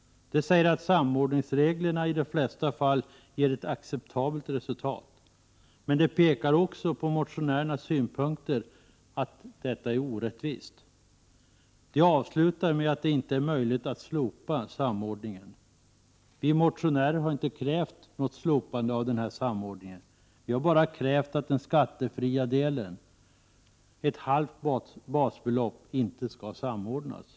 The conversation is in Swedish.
Man säger att samordningsreglerna i de flesta fall ger ett acceptabelt resultat. Men man pekar också på motionärernas synpunkter på att resultatet är orättvist. Man avslutar med att säga att det inte är möjligt att slopa samordningen. Vi motionärer har inte krävt något slopande av samordningen. Vi har bara krävt att den skattefria delen, ett halvt basbelopp, inte skall samordnas.